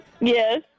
Yes